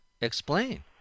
Explain